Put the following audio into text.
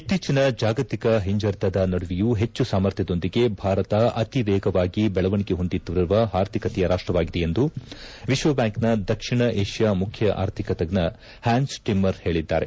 ಇತ್ತೀಚಿನ ಜಾಗತಿಕ ಹಿಂಜರಿತದ ನಡುವೆಯೂ ಹೆಚ್ಚು ಸಾಮರ್ಥ್ನದೊಂದಿಗೆ ಭಾರತ ಅತಿವೇಗವಾಗಿ ಬೆಳವಣಿಗೆ ಹೊಂದುತ್ತಿರುವ ಆರ್ಥಿಕತೆಯ ರಾಷ್ಟವಾಗಿದೆ ಎಂದು ವಿಶ್ವಬ್ಯಾಂಕ್ನ ದಕ್ಷಿಣ ಏಷ್ಯಾ ಮುಖ್ಯ ಆರ್ಥಿಕ ತಜ್ಜ ಹ್ಯಾನ್ಸ್ ಟಿಮ್ಲರ್ ಹೇಳಿದ್ದಾರೆ